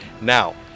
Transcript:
Now